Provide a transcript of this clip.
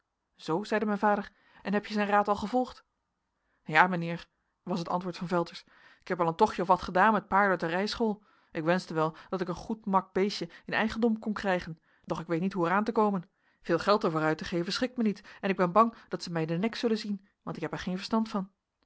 zoo zeide mijn vader en heb je zijn raad al gevolgd ja mijnheer was het antwoord van velters ik heb al een tochtje of wat gedaan met paarden uit de rijschool ik wenschte wel dat ik een goed mak beestje in eigendom kon krijgen doch ik weet niet hoe er aan te komen veel geld er voor uit te geven schikt mij niet en ik ben bang dat zij mij in den nek zullen zien want ik heb er geen verstand van